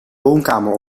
woonkamer